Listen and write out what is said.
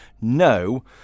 no